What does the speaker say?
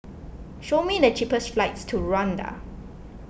show me the cheapest flights to Rwanda